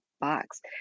box